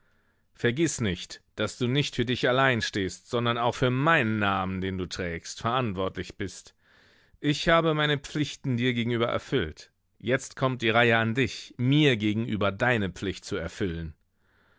vergiß nicht daß du nicht für dich allein stehst sondern auch für meinen namen den du trägst verantwortlich bist ich habe meine pflichten dir gegenüber erfüllt jetzt kommt die reihe an dich mir gegenüber deine pflicht zu erfüllen